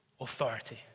authority